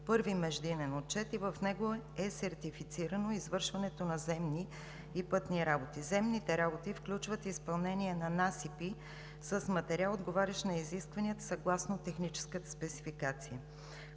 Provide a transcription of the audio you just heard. първи междинен отчет и в него е сертифицирано извършването на земни и пътни работи. Земните работи включват изпълнение на насипи с материал, отговарящ на изискванията съгласно техническата спецификация.